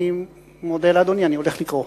אני מודה לאדוני, אני הולך לקרוא.